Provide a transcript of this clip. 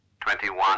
Twenty-one